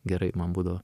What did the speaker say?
gerai man būdavo